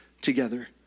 together